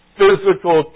physical